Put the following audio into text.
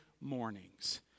mornings